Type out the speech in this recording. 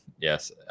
Yes